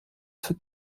für